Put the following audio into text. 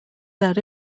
that